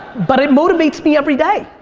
but it motivates me every day.